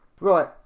Right